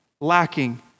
lacking